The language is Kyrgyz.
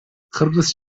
кыргыз